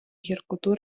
гіркоту